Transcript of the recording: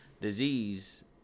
disease